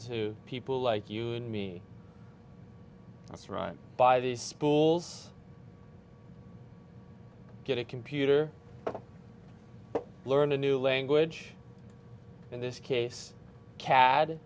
to people like you and me that's right by these spools get a computer learn a new language in this case cad